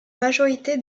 majorité